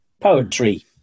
poetry